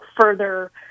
further